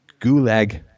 gulag